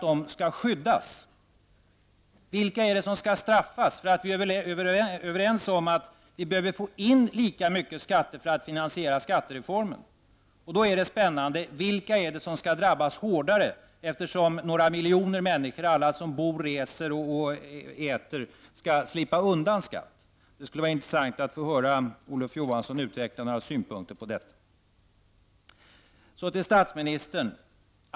Vilka är det alltså som skall straffas därför att vi är överens om att det behöver komma in lika mycket skatt för att finansiera skattereformen? Då är det också spännande att veta vilka det är som skall drabbas hårdare. Några miljoner människor -- alla som bor, reser och äter -- skall ju slippa undan skatt. Det skulle således vara intressant att höra Olof Johansson utveckla några synpunkter på detta. Så till statsministern.